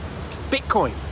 Bitcoin